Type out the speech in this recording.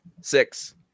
Six